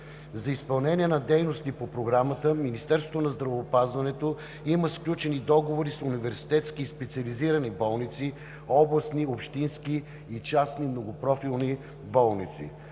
За изпълнение на дейности по Програмата Министерството на здравеопразването има сключени договори с университетски и специализирани болници – областни, общински и частни многопрофилни болници;